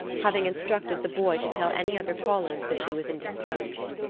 having instructed the boy to tell any other callers that she was indisposed.